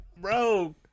bro